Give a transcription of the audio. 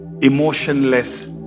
Emotionless